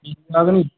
मिली जाह्ग नी